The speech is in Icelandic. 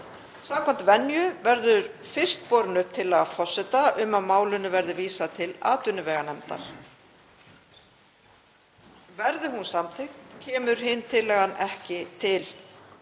Samkvæmt venju verður fyrst borin upp tillaga forseta um að málinu verði vísað til atvinnuveganefndar. Verði hún samþykkt kemur hin tillagan ekki til